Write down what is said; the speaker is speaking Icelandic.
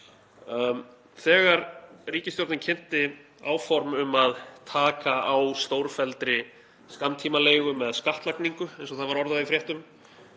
Þegar ríkisstjórnin kynnti áform um að taka á stórfelldri skammtímaleigu með skattlagningu, eins og það var orðað í fréttum,